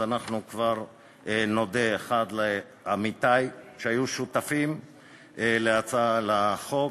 נודה לעמיתי שהיו שותפים לחוק,